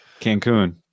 Cancun